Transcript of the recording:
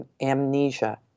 amnesia